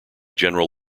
general